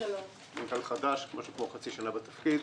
מנכ"ל חדש שנמצא כחצי שנה בתפקיד.